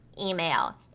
email